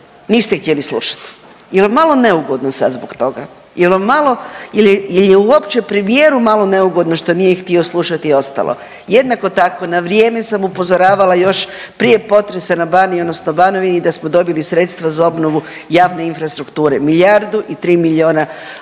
Niste htjeli slušati. Je li vam malo neugodno sad zbog toga? Je li vam malo, je li uopće premijeru malo neugodno što nije htio slušati i ostalo? Jednako tako, na vrijeme sam upozoravala još prije potresa na Baniji odnosno Banovini da smo dobili sredstva za obnovu javne infrastrukture, milijardu i 3 milijuna eura